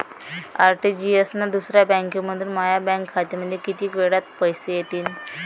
RTGS न दुसऱ्या बँकेमंधून माया बँक खात्यामंधी कितीक वेळातं पैसे येतीनं?